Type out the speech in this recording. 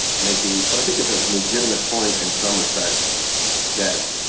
making what i think is a legitimate point in some respects that,